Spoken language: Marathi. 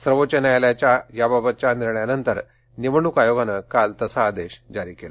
सर्वोच्च न्यायालयाच्या याबाबतच्या निर्णयानंतर निवडणूक आयोगानं काल तसा थादेश जारी केला